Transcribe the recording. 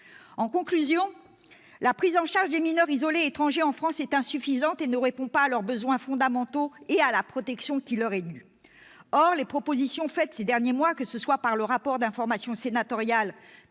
En conclusion, la prise en charge des mineurs isolés étrangers en France est insuffisante, et ne répond pas à leurs besoins fondamentaux et à la protection qui leur est due. Or les propositions faites ces derniers mois, que ce soit par le biais du rapport d'information sénatorial